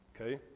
okay